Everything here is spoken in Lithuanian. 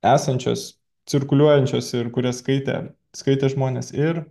esančios cirkuliuojančios ir kurias skaitė skaitė žmonės ir